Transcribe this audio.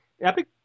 Epic